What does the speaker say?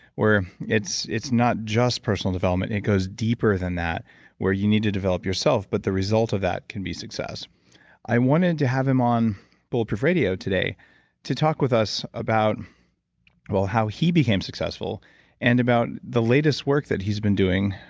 where it's it's not just personal development, it goes deeper than that where you need to develop yourself but the result of that can be success i wanted to have him on bulletproof radio today to talk with us about how he became successful and about the latest work that he's been doing,